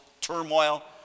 turmoil